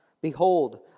behold